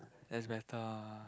that's better